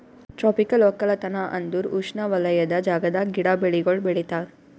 tropical ಒಕ್ಕಲತನ ಅಂದುರ್ ಉಷ್ಣವಲಯದ ಜಾಗದಾಗ್ ಗಿಡ, ಬೆಳಿಗೊಳ್ ಬೆಳಿತಾರ್